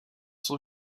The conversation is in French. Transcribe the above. son